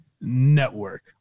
network